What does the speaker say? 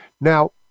Now